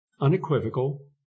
unequivocal